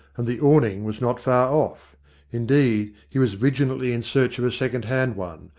and the awning was not far off indeed, he was vigilantly in search of a second hand one,